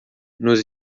nos